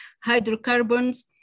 hydrocarbons